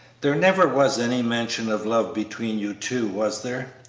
there never was any mention of love between you two, was there,